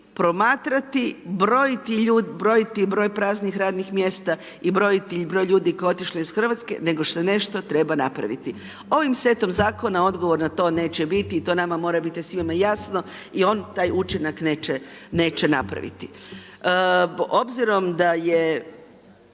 promatrati, brojati broj praznih mjesta i brojati broj ljudi koje je otišlo iz Hrvatske nego se nešto treba napraviti. Ovim setom zakona odgovor na to neće biti i to nama mora biti svima jasno i on taj učinak neće napraviti. Obzirom da je